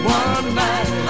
one-night